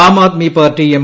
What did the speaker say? am Aadmi Party M